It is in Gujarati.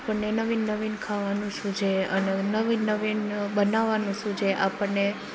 આપણને નવીન નવીન ખાવાનું સૂઝે અને નવીન નવીન બનાવવાનું સૂઝે આપણને